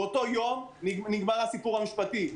באותו יום ייגמר הסיפור המשפטי.